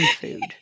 food